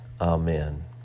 amen